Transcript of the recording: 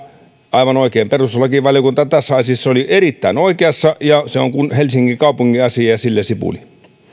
aivan oikein perustuslakivaliokunta tässä asiassa oli erittäin oikeassa ja se on helsingin kaupungin asia ja sillä sipuli